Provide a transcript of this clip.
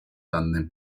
данный